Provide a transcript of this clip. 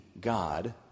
God